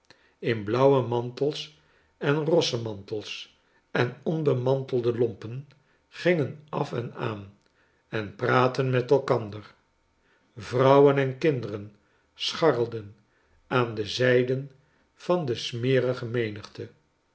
in blauwe mantels en rosse mantels en oabemantelde lompen gingen af en aan en praatten met elkander vrouwen en kinderen scharrelden aan de zijden van de